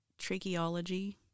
tracheology